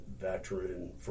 veteran